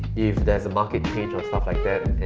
if there's a market change and stuff like that,